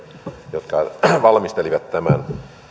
jotka valmistelivat tämän